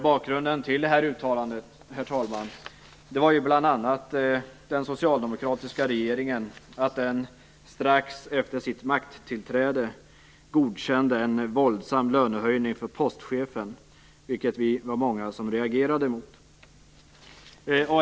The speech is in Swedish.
Bakgrunden till det uttalandet, herr talman, var bl.a. att den socialdemokratiska regeringen strax efter sitt tillträde godkände en våldsam lönehöjning för Postchefen, vilket många av oss reagerade mot.